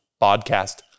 Podcast